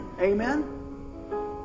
amen